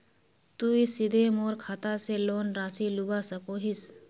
तुई सीधे मोर खाता से लोन राशि लुबा सकोहिस?